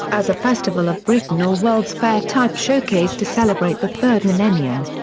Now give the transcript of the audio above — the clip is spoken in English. as a festival of britain or world's fair-type showcase to celebrate the third millennium.